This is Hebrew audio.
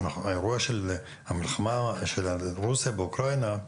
המלחמה של רוסיה באוקראינה,